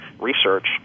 research